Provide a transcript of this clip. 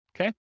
Okay